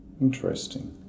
Interesting